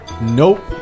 Nope